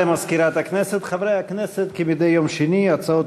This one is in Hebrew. מיכאלי ויעקב מרגי, הצעת